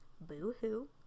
Boo-hoo